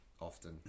often